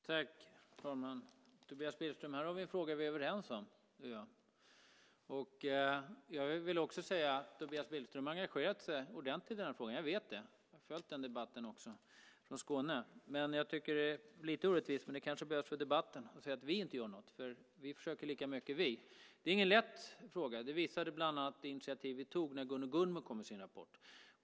Herr talman! Tobias Billström! Här har vi en fråga som vi är överens om, du och jag. Jag vill också säga att Tobias Billström har engagerat sig ordentligt i den här frågan. Jag vet det. Jag har följt den debatten också, från Skåne. Men jag tycker att det är lite orättvist - men det kanske behövs för debatten - att säga att vi inte gör något. För vi försöker lika mycket vi. Det är ingen lätt fråga. Det visade bland annat det initiativ som vi tog när Gunno Gunnmo kom med sin rapport.